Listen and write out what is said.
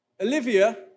Olivia